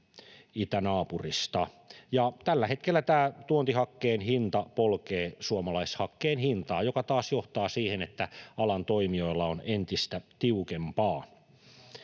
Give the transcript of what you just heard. itänaapurista, ja tällä hetkellä tämä tuontihakkeen hinta polkee suomalaishakkeen hintaa, mikä taas johtaa siihen, että alan toimijoilla on entistä tiukempaa.